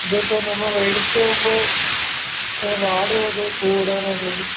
ഇതിപ്പോൾ നമ്മൾ മേടിക്കുമ്പോൾ വാടുമോ അത് പൂവിടാൻ ആകുമ്പോഴേക്കും